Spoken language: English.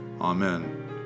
Amen